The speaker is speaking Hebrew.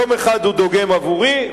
יום אחד הוא דוגם עבורי,